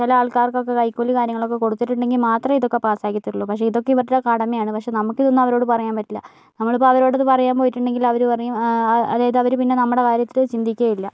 ചില ആൾക്കാർക്കൊക്കെ കൈക്കൂലി കാര്യങ്ങളൊക്കെ കൊടുത്തിട്ടുണ്ടെങ്കിൽ മാത്രമേ ഇതൊക്കെ പാസാക്കി തരികയുള്ളൂ പക്ഷെ ഇതൊക്കെ ഇവരുടെ കടമയാണ് പക്ഷെ നമുക്ക് ഇതൊന്നും അവരോട് പറയാൻ പറ്റില്ല നമ്മളിപ്പോൾ അവരോട് ഇത് പറയാൻ പോയിട്ടുണ്ടെങ്കിൽ അവർ പറയും ആ അതായത് അവര് പിന്നെ നമ്മുടെ കാര്യത്തിൽ ചിന്തിക്കുകയേ ഇല്ല